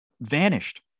vanished